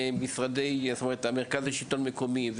מרכז השלטון המקומי,